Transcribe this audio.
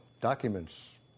documents